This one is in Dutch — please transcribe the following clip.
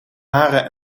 haren